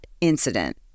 incident